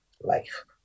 life